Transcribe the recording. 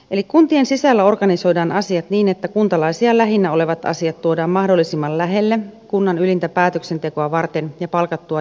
eli kuntien sisällä organisoidaan asiat niin että kuntalaisia lähinnä olevat asiat tuodaan mahdollisimman lähelle kunnan ylintä päätöksentekoa varten ja palkattua johtoa varten